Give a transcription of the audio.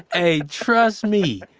hey, trust me,